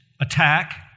attack